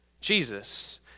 jesus